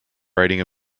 riding